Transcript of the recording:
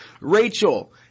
Rachel